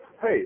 Hey